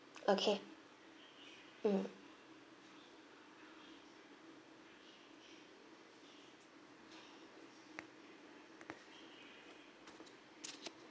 okay mm